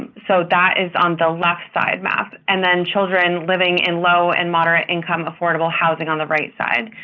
so that is on the left-side map. and then children living in low and moderate-income affordable housing on the right side.